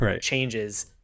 changes